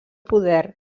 poder